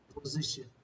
position